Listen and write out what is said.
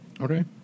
Okay